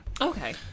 Okay